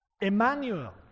Emmanuel